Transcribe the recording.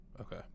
Okay